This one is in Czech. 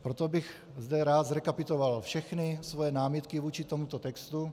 Proto bych zde rád zrekapituloval všechny své námitky vůči tomuto textu.